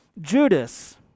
Judas